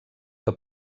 que